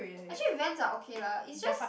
actually Vans are okay lah it just